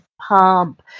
pump